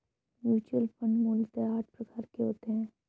mutual fund मूलतः आठ प्रकार के होते हैं